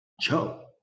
Joe